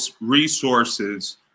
resources